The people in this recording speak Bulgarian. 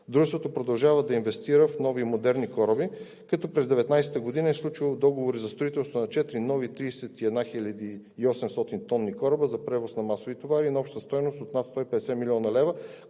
Дружеството продължава да инвестира в нови модерни кораби, като през 2019 г. е сключило договори за строителство на четири нови 31 800-тонни кораба за превоз на масови товари на обща стойност от над 150 млн. лв.,